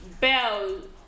bell